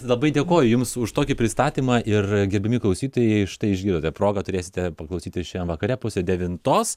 labai dėkoju jums už tokį pristatymą ir gerbiami klausytojai štai išgirdote progą turėsite paklausyti šiandien vakare pusę devintos